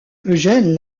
eugène